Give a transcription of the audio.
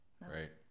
right